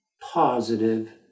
positive